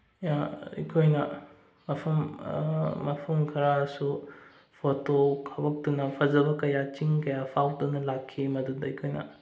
ꯑꯩꯈꯣꯏꯅ ꯃꯐꯝ ꯃꯐꯝ ꯈꯔꯁꯨ ꯐꯣꯇꯣ ꯀꯥꯞꯄꯛꯇꯅ ꯐꯖꯕ ꯀꯌꯥ ꯆꯤꯡ ꯀꯌꯥ ꯐꯥꯎꯗꯅ ꯂꯥꯛꯈꯤ ꯃꯗꯨꯗ ꯑꯩꯈꯣꯏꯅ